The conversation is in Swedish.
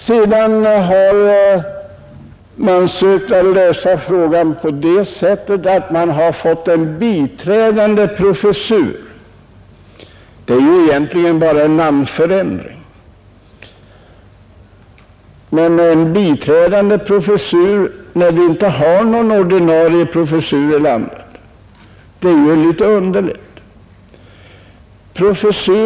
Sedan har man sökt lösa frågan genom att inrätta en tjänst som biträdande professor. Det är ju egentligen bara en namnförändring, men att vi har en biträdande professor, när det inte finns någon ordinarie professur i landet, är ju litet underligt.